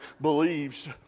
believes